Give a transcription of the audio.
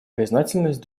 признательность